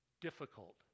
difficult